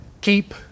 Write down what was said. Keep